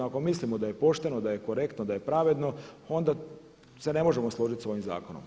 Ako mislimo da je pošteno, da je korektno, da je pravedno onda se ne možemo složiti s ovim zakonom.